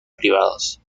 privados